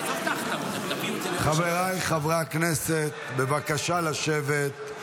חבריי חברי הכנסת, בבקשה לשבת.